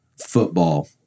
football